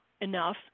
enough